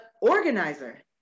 organizer